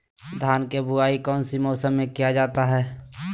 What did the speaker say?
धान के बोआई कौन सी मौसम में किया जाता है?